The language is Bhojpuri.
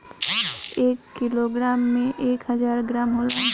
एक किलोग्राम में एक हजार ग्राम होला